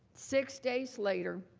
six days later.